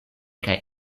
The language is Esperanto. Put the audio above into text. kaj